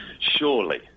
Surely